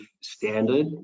standard